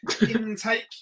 intake